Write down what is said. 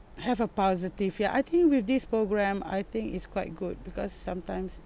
have a positive ya I think with this program I think it's quite good because sometimes